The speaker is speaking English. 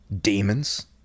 Demons